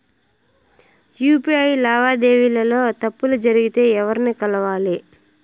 UPI లావాదేవీల లో తప్పులు జరిగితే ఎవర్ని కలవాలి?